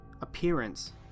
appearance